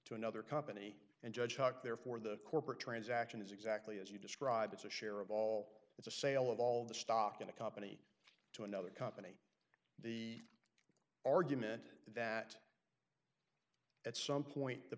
to another company and judge chuck there for the corporate transaction is exactly as you describe it's a share of all it's a sale of all the stock in a company to another company the argument that at some point the